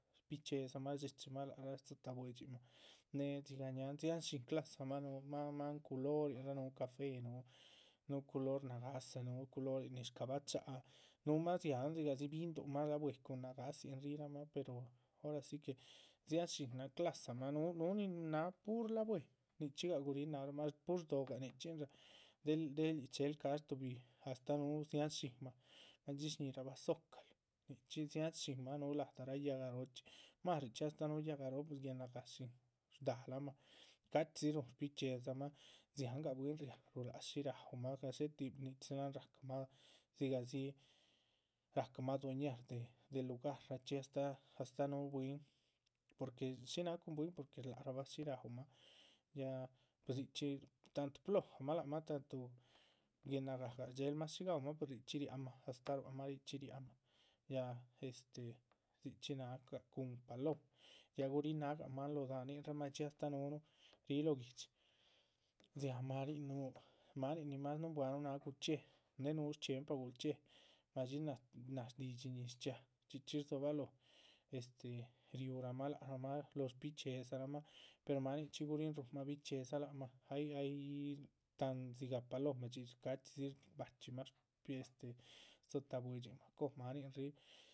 Shbichxíedzamah shdichxímah lac rah dzitáh buidxin mah, née dzigah ñáahan dziahn shín clasamah núhu, núhuma mahn culorin mah, núh café, núh culor nagáhsa. núh culorin nin shca´bacháhac núhumah dziáhan dzigahdzi bihindunmah la´bue cun nagáhsin rihiramah pero, ora sí que dziahan shín ra clasa, mah núhu, núhu nin náha. pur la´bue nichxígah guríhn náharamah pur shdóhogah nichxínrah del del yíc chéhel cash tuhbi astáh núhu dziáhan shinmah madxí shñihirabah zocalo, richxí dziáhan shínmah núhu. ladahraa yáhga róochxí más richxí astáh núhu yáhga róochxi más richxí astáh núhu yáhga róho puese guenagáha shín, shdálamah cachxídzi rúhun shbichxíedzamah. dziáhan gah bwín riáhne shí raúmah gadxé tih nichxídzan rahcamah dzigahdzi rahcama adueñar de de luharachxí astáh astáh núhu bwín, porque shí náha cuhun bwín porque. shlác rahabh shí raúmah ya dzichxí tanto plojamah tantu guenágah gah shdxéhelmah shí gaúmah pues richxí riáhnmah astáh ruáhmah yíc, richxí riáhnmah, ya este, dzichxí náha cun. paloma ya gurihin náhga máan lóho daháninraa madxíduh astáh núhunuh ríh lóh guihdxi dzihahan máanin núhu, máanin nin más nuhunbuahnu náha gulchxíe née nuhu shchxiempa. gulchxíe madxí náha náh shdidxí ñiz chxíaa chxí chxí rdzóbaloho este riú rahmah lac rahmah lóho shbichxíedzarahmah, per máaninchxí guríhin ruhunmha bichxíedza lac mah. ay ay tan dzigah palomadxi cachxídzi shbachxímah sh bi este, dzitáh buidxin mah cóh máaninrih